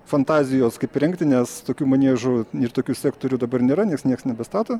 fantazijos kaip įrengti nes tokių maniežų ir tokių sektorių dabar nėra nes nieks nebestato